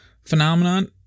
phenomenon